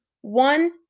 one